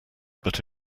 but